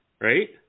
Right